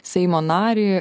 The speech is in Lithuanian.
seimo narį